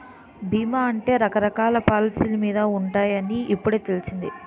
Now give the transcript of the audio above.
బీమా అంటే రకరకాల పాలసీ మీద ఉంటాయని ఇప్పుడే తెలిసింది